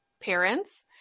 parents